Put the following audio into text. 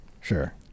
Sure